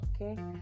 okay